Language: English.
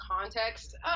context